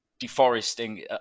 deforesting